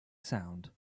sound